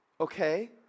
okay